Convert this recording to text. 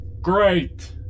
Great